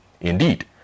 indeed